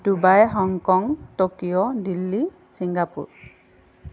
Dubai Hong Kong Tokyo Delhi Singapore